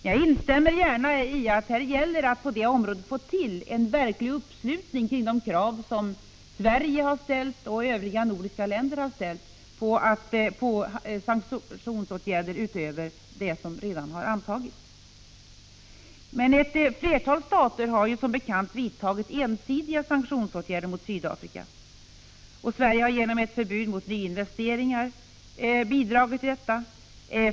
Men jag håller gärna med om att det gäller att på detta område åstadkomma en verklig uppslutning kring de krav som Sverige och övriga nordiska länder har ställt när det gäller sanktionsåtgärder — förutom vad som redan har antagits. Ett flertal stater har som bekant vidtagit ensidiga sanktionsåtgärder riktade mot Sydafrika. Sverige har bidragit genom ett förbud mot nyinvesteringar.